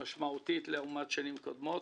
משמעותית יחסית לשנים קודמות.